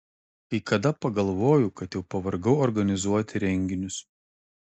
kai kada pagalvoju kad jau pavargau organizuoti renginius